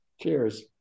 Cheers